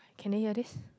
can they hear this